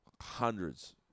hundreds